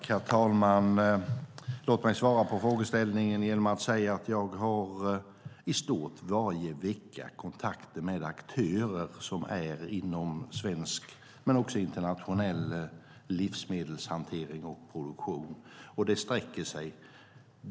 Herr talman! Låt mig svara på frågeställningen genom att säga att jag har i stort sett varje vecka kontakter med aktörer som är inom svensk men också internationell livsmedelshantering och produktion.